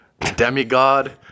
Demigod